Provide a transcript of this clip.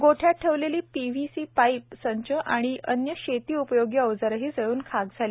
गोठ्यात ठेवलेला PVC pipe संच व अन्य शेतीउपयोगी अवजारेही जळून खाक झाली